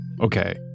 Okay